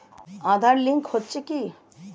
Aadhaar link হচ্ছে কি?